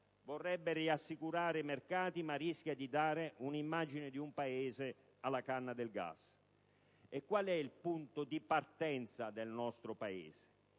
vorrebbe rassicurare i mercati, ma rischia di dare un'immagine di un Paese alla canna del gas. Qual è il punto di partenza del nostro Paese?